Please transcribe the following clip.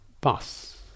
bus